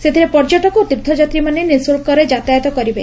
ସେଥିରେ ପର୍ଯ୍ୟଟକ ଓ ତୀର୍ଥଯାତ୍ରୀମାନେ ନିଃଶୁଳ୍କରେ ଯାତାୟତ କରିବେ